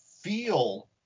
feel